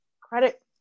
credit